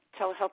telehealth